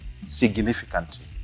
significantly